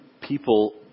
people